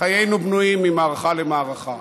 חיינו בנויים ממערכה למערכה.